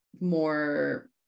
more